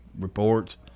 reports